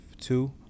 two